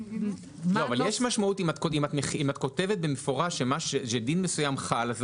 אבל יש משמעות אם את כותבת במפורש שדין מסוים חל וזה